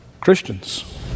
Christians